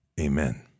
Amen